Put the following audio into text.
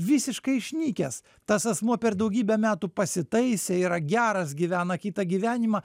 visiškai išnykęs tas asmuo per daugybę metų pasitaisė yra geras gyvena kitą gyvenimą